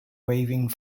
waving